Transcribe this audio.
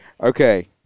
Okay